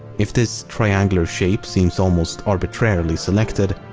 if this triangular shape seems almost arbitrarily selected,